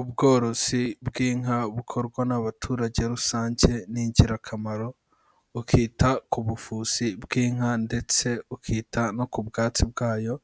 Ubworozi bw'inka bukorwa n'abaturage rusange ni ingirakamaro, ukita ku buvuzi bw'inka ndetse ukita no ku bwatsi bwayo